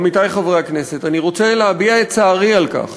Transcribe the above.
עמיתי חברי הכנסת, אני רוצה להביע את צערי על כך